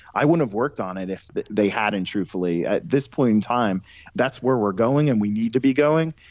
i wouldn't have worked on it if they hadn't truthfully. at this point in time that's where we going and we need to be going.